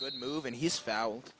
good move and he's fouled